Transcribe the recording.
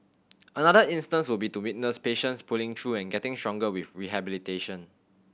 another instance would be to witness patients pulling through and getting stronger with rehabilitation